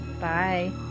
bye